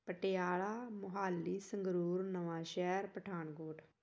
Patiala Mohali Sangrur Nawanshahr Pathankot